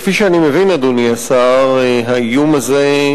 כפי שאני מבין, אדוני השר, האיום הזה,